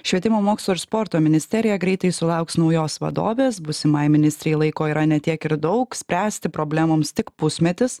švietimo mokslo ir sporto ministerija greitai sulauks naujos vadovės būsimai ministrei laiko yra ne tiek ir daug spręsti problemoms tik pusmetis